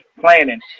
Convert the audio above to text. planning –